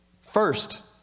First